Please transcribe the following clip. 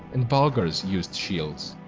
and bulgars used shields.